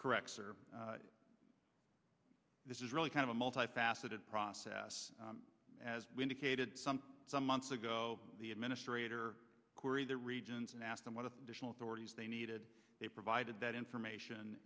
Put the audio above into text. correct sir this is really kind of a multifaceted process as we indicated some some months ago the administrator queried the regions and asked them what a national authorities they needed they provided that information